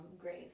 grace